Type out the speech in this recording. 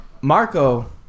Marco